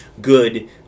good